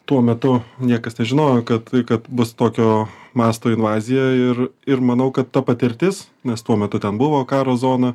tuo metu niekas nežinojo kad kad bus tokio masto invazija ir ir manau kad ta patirtis nes tuo metu ten buvo karo zona